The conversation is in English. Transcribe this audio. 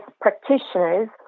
practitioners